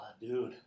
dude